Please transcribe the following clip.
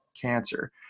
cancer